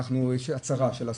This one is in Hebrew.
ויש הצהרה של השרה,